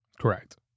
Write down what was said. Correct